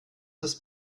des